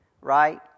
right